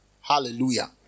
Hallelujah